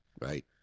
Right